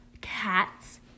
cats